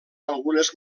algunes